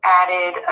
added